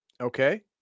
Okay